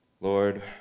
Lord